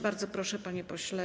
Bardzo proszę, panie pośle.